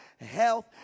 health